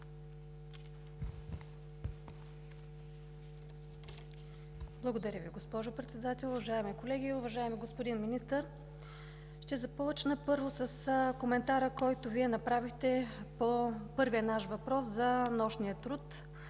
Благодаря Ви, госпожо Председател. Уважаеми колеги! Уважаеми господин Министър, първо, ще започна с коментара, който Вие направихте по първия наш въпрос – за нощния труд.